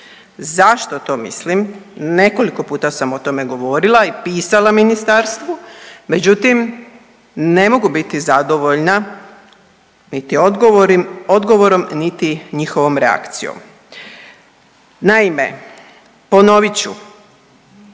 Zašto to mislim, nekoliko puta sam o tome govorila i pisala Ministarstvu, međutim, ne mogu biti zadovoljna niti odgovorom niti njihovom reakcijom. Naime, ponovit